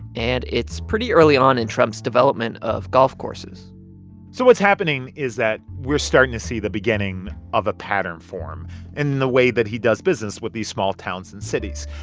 and it's pretty early on in trump's development of golf courses so what's happening is that we're starting to see the beginning of a pattern form in the way that he does business with these small towns and cities,